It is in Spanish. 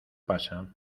pasa